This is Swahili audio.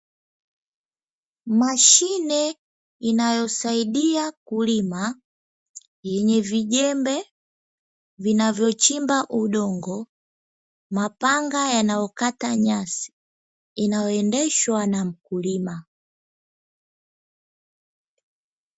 Mashine inayosaidia kulima, yenye vijembe vinavyochimba udongo, mapanga yanayokata nyasi, inayoendeshwa na mkulima.